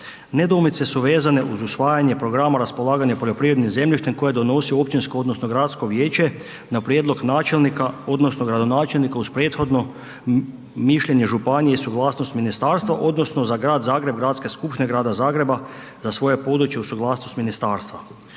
Nedoumice su vezane uz usvajanje programa raspolaganja poljoprivrednim zemljištem koje donosio općinsko odnosno gradsko vijeće na prijedlog načelnika odnosno gradonačelnika uz prethodno mišljenje županije i suglasnost ministarstva odnosno za grad Zagreb Gradska skupština grada Zagreb za svoje područje uz suglasnost ministarstva.